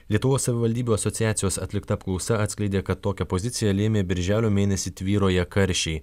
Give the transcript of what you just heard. lietuvos savivaldybių asociacijos atlikta apklausa atskleidė kad tokią poziciją lėmė birželio mėnesį tvyroję karščiai